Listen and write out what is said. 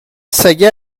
سگه